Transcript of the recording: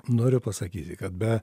noriu pasakyti kad be